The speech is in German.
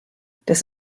das